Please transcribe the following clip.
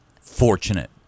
fortunate